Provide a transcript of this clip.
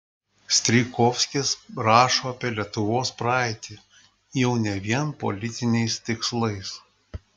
strijkovskis rašo apie lietuvos praeitį jau ne vien politiniais tikslais